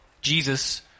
Jesus